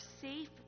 safe